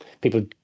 people